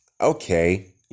okay